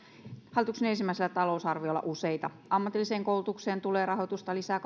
hallituksen ensimmäisellä talousarviolla useita ammatilliseen koulutukseen tulee rahoitusta lisää